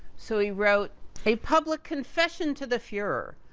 so, he wrote a public confession to the fuhrer.